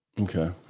Okay